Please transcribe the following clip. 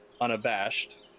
unabashed